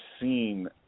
seen